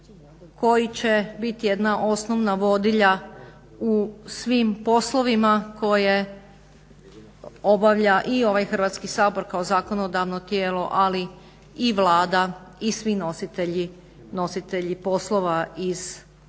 koji će bit jedna osnovna vodilja u svim poslovima koje obavlja i ovaj Hrvatski sabor kao zakonodavno tijelo, ali i Vlada i svi nositelji poslova iz Strategije